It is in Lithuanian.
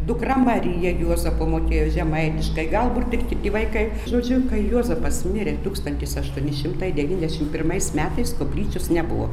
dukra marija juozapo mokėjo žemaitiškai galbūt ir kiti vaikai žodžiu kai juozapas mirė tūkstantis aštuoni šimtai devyniasdešim pirmais metais koplyčios nebuvo